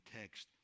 text